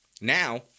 now